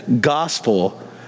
gospel